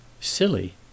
Silly